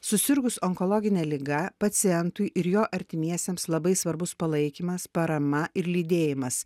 susirgus onkologine liga pacientui ir jo artimiesiems labai svarbus palaikymas parama ir lydėjimas